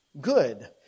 good